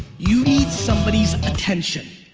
you need somebody's attention.